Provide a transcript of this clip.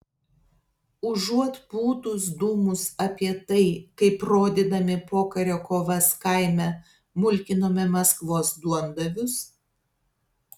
užuot pūtus dūmus apie tai kaip rodydami pokario kovas kaime mulkinome maskvos duondavius